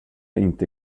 inte